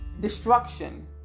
destruction